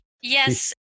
Yes